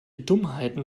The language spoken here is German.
dummheiten